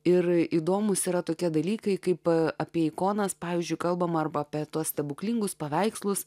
ir įdomūs yra tokie dalykai kaip apie ikonas pavyzdžiui kalbama arba apie tuos stebuklingus paveikslus